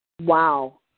Wow